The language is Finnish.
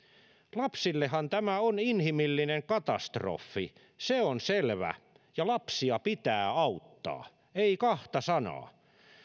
lapsillehan tämä on inhimillinen katastrofi se on selvä ja lapsia pitää auttaa ei kahta sanaa